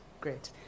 Great